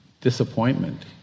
disappointment